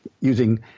using